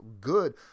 good